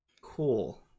Cool